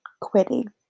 quitting